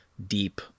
deep